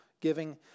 giving